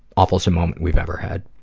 awful-some moment we've ever had.